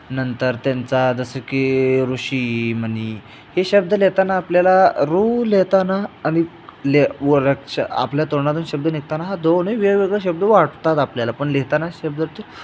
नंतर त्यांचा जसं की ऋषीमुनी हे शब्द लिहिताना आपल्याला ऋ लिहिताना आणि आपल्या तोंडातून शब्द निघताना हा दोनही वेगवेगळे शब्द वाटतात आपल्याला पण लिहिताना शब्द